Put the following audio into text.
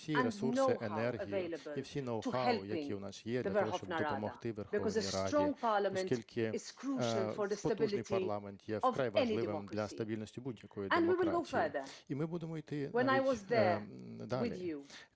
і всі ноу-хау, які у нас є, для того, щоб допомогти Верховній Раді, оскільки потужний парламент є вкрай важливим для стабільності будь-якої демократії. І ми будемо йти навіть далі.